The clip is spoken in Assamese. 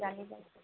লাগিব